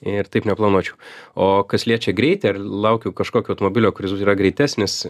ir taip neplanuočiau o kas liečia greitį ar laukiau kažkokio automobilio kuris yra greitesnis